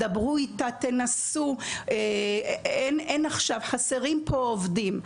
דברו איתה, תנסו, חסרים פה עובדים.